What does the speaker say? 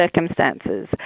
circumstances